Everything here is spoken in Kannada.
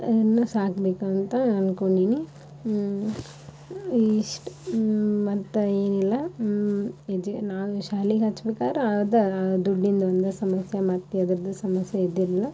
ಇನ್ನು ಸಾಕಬೇಕಂತ ಅಂದ್ಕೊಂಡೀನಿ ಹ್ಞೂ ಇಷ್ಟು ಮತ್ತೆ ಏನಿಲ್ಲ ಎಜು ನಾವು ಶಾಲೆಗೆ ಹಚ್ಬೇಕಾರೆ ಅದು ದುಡ್ಡಿಂದು ಒಂದು ಸಮಸ್ಯೆ ಮತ್ಯಾವ್ದ್ರದ್ದು ಸಮಸ್ಯೆ ಇದ್ದಿಲ್ಲ